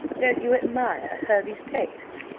don't you admire hervey's taste?